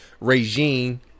regime